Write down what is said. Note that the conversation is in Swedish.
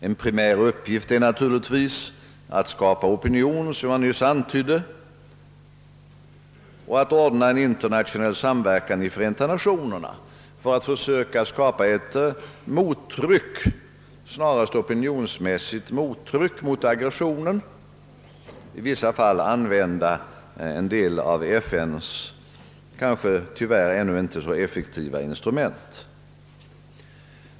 En primär uppgift är naturligtvis att skapa opinon, såsom jag nyss antydde, och att ordna en internationell samverkan i Förenta Nationerna för att försöka åstadkomma mottryck, snarast opinionsmässigt mot aggressionen, i vissa fall använda en del av FN:s kanske tyvärr ännu inte så effektiva instrument.